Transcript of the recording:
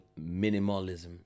Minimalism